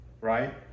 right